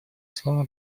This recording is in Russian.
слово